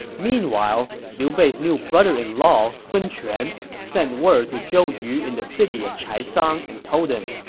meanwhile, liu bei's new brother-in-law, sun quan, sent word to zhou yu in the city of chaisang and told him,